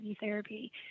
therapy